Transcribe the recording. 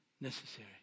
necessary